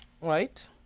right